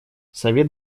совет